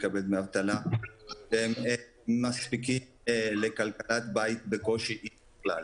מקבל דמי אבטלה שמספיקים לכלכלת בית בקושי אם בכלל.